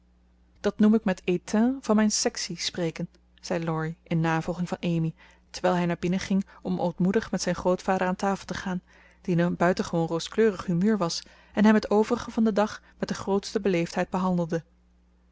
dat noem ik met étain van mijn sectie spreken zei laurie in navolging van amy terwijl hij naar binnen ging om ootmoedig met zijn grootvader aan tafel te gaan die in een buitengewoon rooskleurig humeur was en hem het overige van den dag met de grootste beleefdheid behandelde